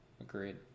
Agreed